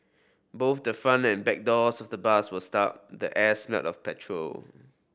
both the front and back doors of the bus were stuck the air smelled of petrol